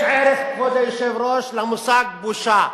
יש ערך, כבוד היושב-ראש, למושג בושה.